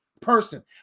person